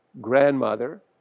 grandmother